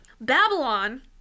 Babylon